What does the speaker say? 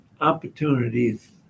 Opportunities